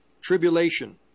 tribulation